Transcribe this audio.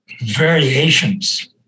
variations